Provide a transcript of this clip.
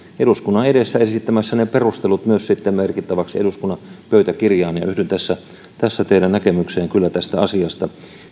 eduskunnan edessä esittämässä ne perustelut myös merkittäväksi eduskunnan pöytäkirjaan yhdyn tässä teidän näkemykseenne kyllä tästä asiasta